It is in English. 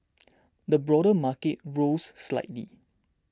the broader market rose slightly